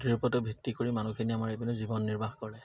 টিৰ ওপৰতে ভিত্তি কৰি মানুহখিনিয়ে আমাৰ এইপিনে জীৱন নিৰ্বাহ কৰে